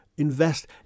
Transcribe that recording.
Invest